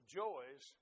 joys